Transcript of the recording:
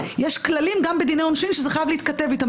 יש כללים גם בדיני עונשין שזה חייב להתכתב איתם,